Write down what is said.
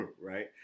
right